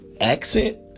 accent